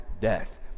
death